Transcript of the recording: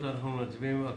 אנחנו מצביעים על